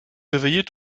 réveillez